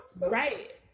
Right